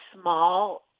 small